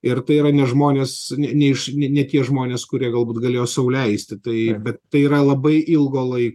ir tai yra ne žmonės ne ne iš ne tie žmonės kurie galbūt galėjo sau leisti tai bet tai yra labai ilgo laiko